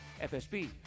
FSB